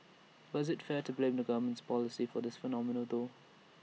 but is IT fair to blame the government's policy for this phenomenon though